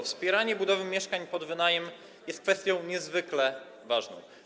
Wspieranie budowy mieszkań pod wynajem jest kwestią niezwykle ważną.